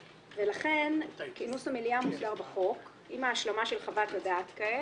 ולכן כינוס המליאה מוסדר בחוק עם ההשלמה של חוות הדעת כעת,